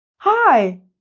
hi!